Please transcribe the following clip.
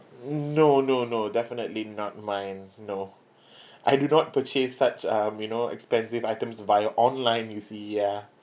no no no definitely not mine no I do not purchase such um you know expensive items via online you see ya